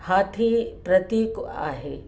हाथी प्रतीक आहे